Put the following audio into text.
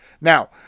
Now